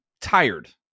tired